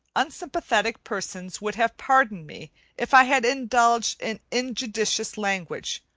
unsympathetic persons would have pardoned me if i had indulged in injudicious language,